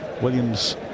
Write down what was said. Williams